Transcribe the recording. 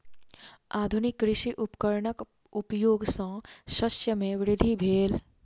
आधुनिक कृषि उपकरणक उपयोग सॅ शस्य मे वृद्धि भेल